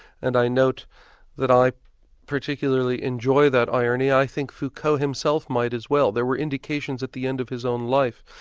and i note that i particularly enjoy that irony i think foucault himself might as well. there were indications at the end of his own life,